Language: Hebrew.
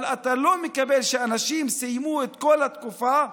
אבל לא מקובל שאנשים סיימו את כל התקופה,